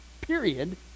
period